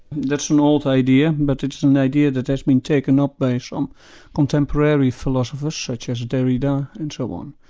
that's an old idea but it's and an idea that has been taken up by some contemporary philosophers such as derrida and so on.